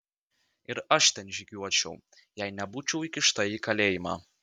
ir aš ten žygiuočiau jei nebūčiau įkišta į kalėjimą